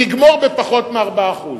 נגמור בפחות מ-4%.